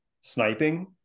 sniping